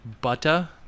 butter